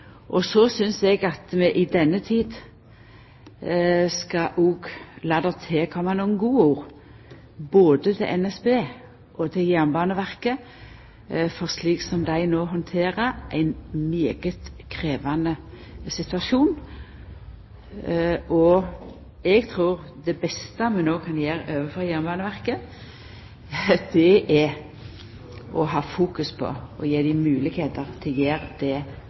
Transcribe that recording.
Så synest eg det i denne tida skal tilkoma både NSB og Jernbaneverket nokre gode ord for korleis dei handterer ein svært krevjande situasjon. Eg trur det beste vi no kan gjera overfor Jernbaneverket, er å fokusera på å gje dei høve til å